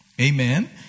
Amen